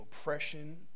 oppression